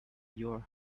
your